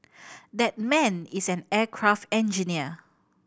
that man is an aircraft engineer